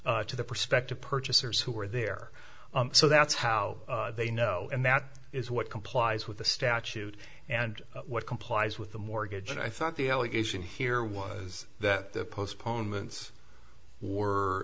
announced to the prospective purchasers who were there so that's how they know and that is what complies with the statute and what complies with the mortgage and i thought the allegation here was that the postponements war